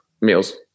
meals